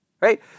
right